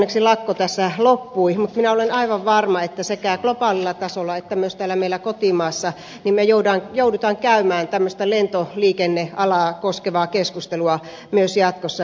onneksi lakko tässä loppui mutta minä olen aivan varma että sekä globaalilla tasolla että myös täällä meillä kotimaassa me joudumme käymään tämmöistä lentoliikennealaa koskevaa keskustelua myös jatkossa